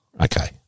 Okay